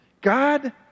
God